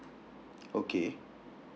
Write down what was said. okay